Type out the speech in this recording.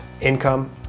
income